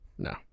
No